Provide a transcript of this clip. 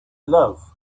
love